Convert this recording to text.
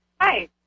Hi